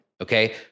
okay